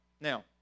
Now